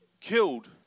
killed